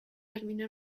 termina